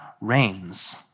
reigns